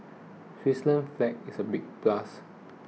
Switzerland's flag is a big plus